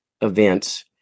events